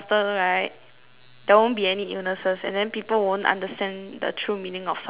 there won't be any illnesses and then people won't understand the true meaning of suffering so